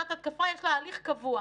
שעת התקפה יש לה הליך קבוע.